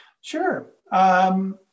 Sure